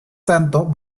tanto